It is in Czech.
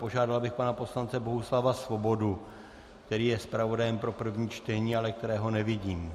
Požádal bych pana poslance Bohuslava Svobodu, který je zpravodajem pro první čtení, ale kterého nevidím.